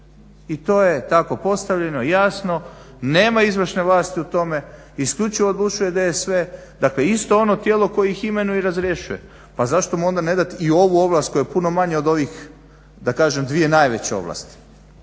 i to je tako postavljano i jasno nema izvršne vlasti u tome, isključivo odlučuje DSV, dakle isto ono tijelo koje ih imenuje i razrješuje. Pa zašto mu onda nedat i ovu ovlast koja je puno manja od ovih, da kažem dvije najveće ovlasti.